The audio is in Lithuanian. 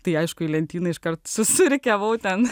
tai aišku į lentyną iškart susirikiavau ten